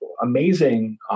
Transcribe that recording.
amazing